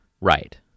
Right